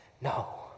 No